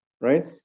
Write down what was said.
Right